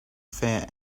fair